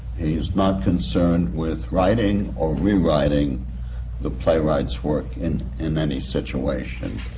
he is not concerned with writing or rewriting the playwright's work in in any situation.